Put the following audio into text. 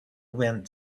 wind